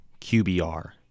QBR